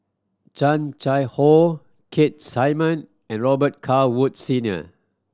Chan Chang How Keith Simmon and Robet Carr Woods Senior